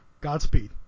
godspeed